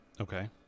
Okay